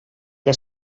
que